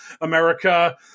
America